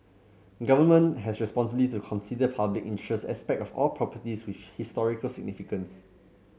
government has responsibility to consider public interest aspect of all properties with historical significance